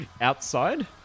outside